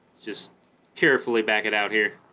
just carefully back it out here